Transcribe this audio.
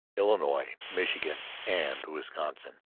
illinois, michigan, and wisconsin.